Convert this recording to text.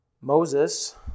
Moses